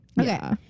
Okay